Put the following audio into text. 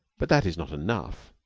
but that is not enough.